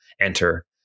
enter